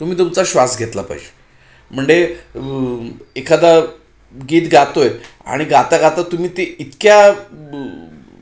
तुम्ही तुमचा श्वास घेतला पाहिजे म्हणजे एखादा गीत गातो आहे आणि गाता गाता तुम्ही ते इतक्या